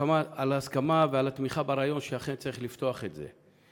על ההסכמה ועל התמיכה ברעיון שאכן צריך לפתוח את זה.